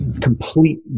complete